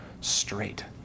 straight